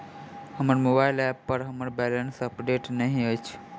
हमर mobile app पर हमर बैलेंस अपडेट नहि अछि